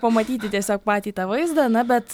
pamatyti tiesiog patį tą vaizdą na bet